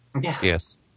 Yes